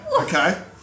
Okay